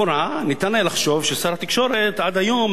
לכאורה ניתן היה לחשוב ששר התקשורת עד היום,